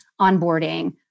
onboarding